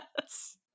Yes